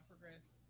progress